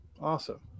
Awesome